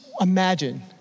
imagine